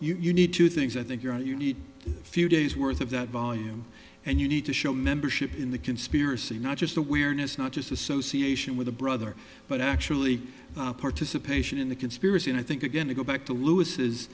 well you need two things i think you're right you need a few days worth of that volume and you need to show membership in the conspiracy not just the weirdness not just association with the brother but actually participation in the conspiracy and i think again to go back to lewis's